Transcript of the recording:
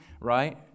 right